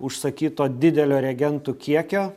užsakyto didelio reagentų kiekio